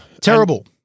Terrible